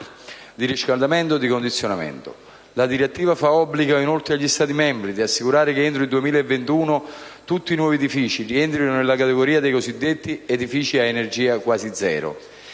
di riscaldamento e di condizionamento. La direttiva fa obbligo inoltre agli Stati membri di assicurare che, entro il 2021, tutti i nuovi edifici rientrino nella categoria dei cosiddetti edifici a energia quasi zero.